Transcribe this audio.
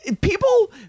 people